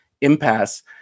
impasse